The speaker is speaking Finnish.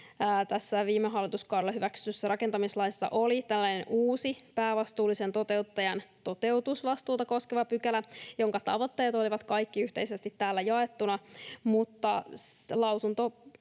Tässä viime hallituskaudella hyväksytyssä rakentamislaissa oli tällainen uusi päävastuullisen toteuttajan toteutusvastuuta koskeva pykälä, jonka tavoitteet olivat kaikki yhteisesti täällä jaettuna,